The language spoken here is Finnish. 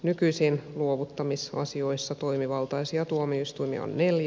nykyisin luovuttamisasioissa toimivaltaisia tuomioistuimia on neljä